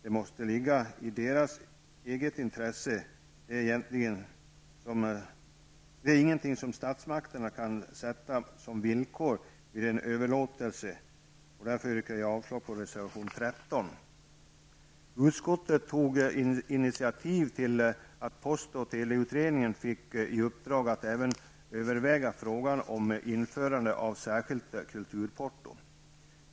Det måste ligga i deras eget intresse. Det är ingenting som statsmakterna kan sätta som villkor vid en överlåtelse. Jag yrkar avslag på reservation 13. Utskottet tog initiativ till att post och teleutredningen fick i uppdrag att även överväga frågan om införande av särskilt kulturporto.